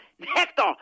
Hector